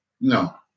No